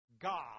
God